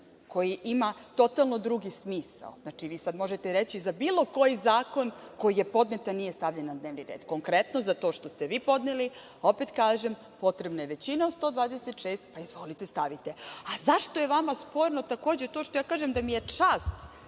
koji ima totalno drugi smisao. Znači, vi sada možete reći za bilo koji zakon koji je podnet, a nije stavljen na dnevni red. Konkretno, za to što ste vi podneli, opet kažem, potrebna je većina od 126, pa izvolite, stavite.Zašto je vama sporno to što ja kažem da mi je čast